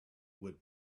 would